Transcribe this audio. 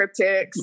cryptics